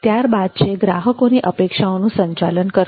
ત્યારબાદ છે ગ્રાહકોની અપેક્ષાઓનું સંચાલન કરવું